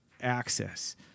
Access